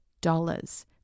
dollars